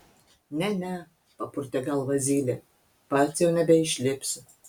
ne ne papurtė galvą zylė pats jau nebeišlipsiu